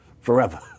forever